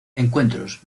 encuentros